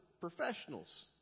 professionals